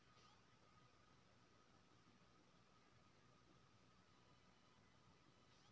अमुक राशि आ राशि के विवरण जमा करै के बाद ब्याज कुल लोन पर लगतै की बचल राशि पर?